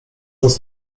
nas